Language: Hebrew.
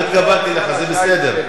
לא התכוונתי אליך, זה בסדר.